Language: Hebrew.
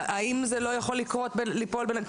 האם זה לא יכול ליפול בין הכיסאות?